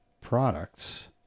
products